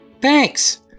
Thanks